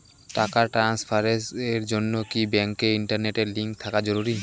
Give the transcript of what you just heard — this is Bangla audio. টাকা ট্রানস্ফারস এর জন্য কি ব্যাংকে ইন্টারনেট লিংঙ্ক থাকা জরুরি?